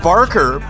Barker